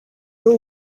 n’u